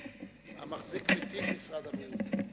המחזיק בתיק משרד הבריאות.